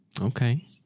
Okay